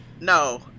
No